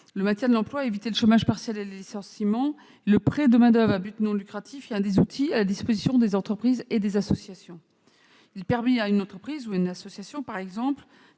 le maintien de l'emploi et éviter le chômage partiel et les licenciements. Le prêt de main-d'oeuvre à but non lucratif est l'un des outils à la disposition des entreprises et des associations. Si elles sont confrontées à une baisse ou à une